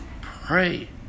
pray